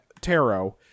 Tarot